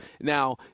Now